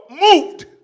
moved